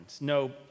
No